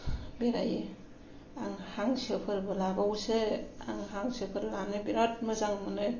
बेरायो आं हांसोफोरबो लाबावोसो आं हांसोफोर लानानै बिराद मोजां मोनो